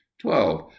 Twelve